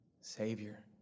Savior